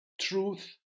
truth